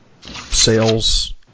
sales